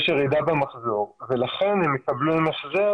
יש ירידה במחזור ולכן הם מקבלים החזר